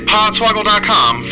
Podswoggle.com